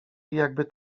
jakby